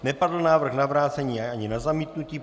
Nepadl návrh na vrácení ani na zamítnutí.